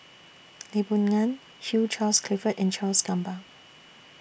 Lee Boon Ngan Hugh Charles Clifford and Charles Gamba